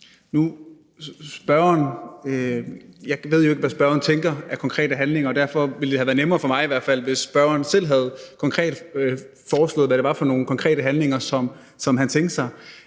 Brandenborg (S): Jeg ved jo ikke, hvad spørgeren tænker på af konkrete handlinger, og derfor ville det i hvert fald have været nemmere for mig, hvis spørgeren selv havde foreslået, hvad det var for nogle konkrete handlinger, som han tænkte sig.